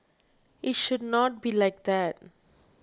it should not be like that